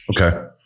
Okay